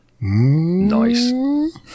Nice